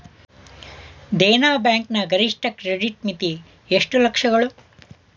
Dena bank ನ ಗರಿಷ್ಠ credit ಮಿತಿ ಎಷ್ಟು ಲಕ್ಷಗಳು?